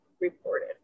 reported